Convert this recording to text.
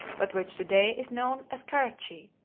but which to-day is known as karachi,